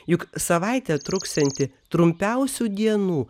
juk savaitę truksianti trumpiausių dienų